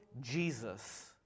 Jesus